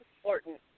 important